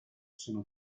sono